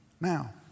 Now